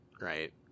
right